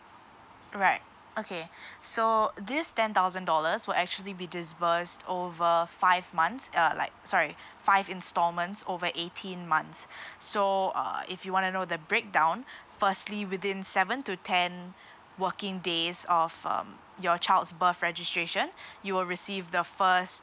alright okay so this ten thousand dollars will actually be disburse over five months uh like sorry five instalments over eighteen months so uh if you want to know the breakdown firstly within seven to ten working days of um your child's birth registration you will receive the first